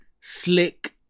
slick